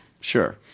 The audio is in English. Sure